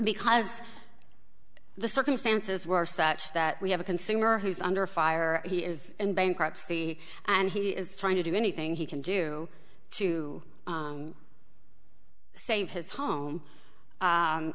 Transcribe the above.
because the circumstances were such that we have a consumer who's under fire he is in bankruptcy and he is trying to do anything he can do to save his home